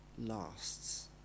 lasts